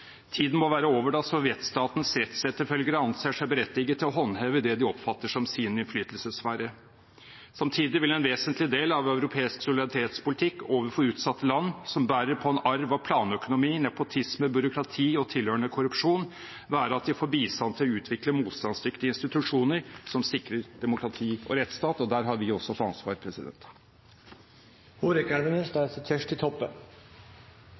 Tiden må være over da sovjetstatens rettsetterfølgere anser seg berettiget til å håndheve det de oppfatter som sin innflytelsessfære. Samtidig vil en vesentlig del av europeisk solidaritetspolitikk overfor utsatte land som bærer på en arv av planøkonomi, nepotisme, byråkrati og tilhørende korrupsjon, være at de får bistand til å utvikle motstandsdyktige institusjoner som sikrer demokrati og rettsstat. Der har vi også et ansvar.